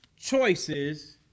choices